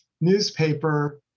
newspaper